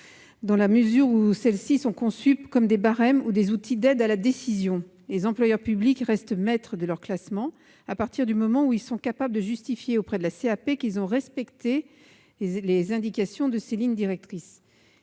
dans la mesure où celles-ci sont conçues comme des barèmes ou des outils d'aide à la décision. Les employeurs publics restent maîtres de leur classement, dès lors qu'ils sont capables de justifier auprès de la CAP qu'ils ont respecté les indications de ces lignes directrices.